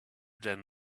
than